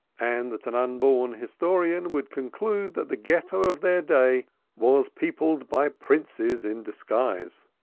and that an unborn historian would conclude that the ghetto of their day was peopled by princes in disguise.